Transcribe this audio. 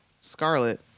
Scarlet